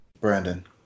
Brandon